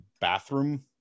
bathroom